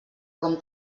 com